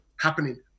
happening